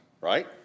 right